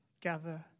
Gather